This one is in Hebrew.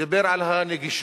דיבר על הנגישות.